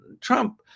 Trump